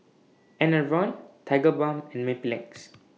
Enervon Tigerbalm and Mepilex